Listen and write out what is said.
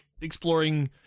exploring